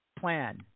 plan